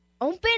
open